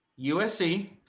USC